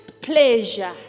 pleasure